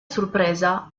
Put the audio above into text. sorpresa